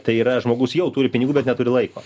tai yra žmogus jau turi pinigų bet neturi laiko